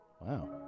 Wow